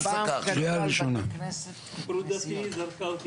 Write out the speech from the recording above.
להשאיר נכס לילד וגם מצד שני --- גיגי, הבנתי.